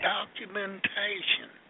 Documentation